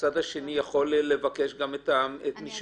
הצד השני יכול לבקש את שלו.